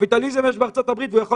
קפיטליזם יש בארצות הברית והוא יכול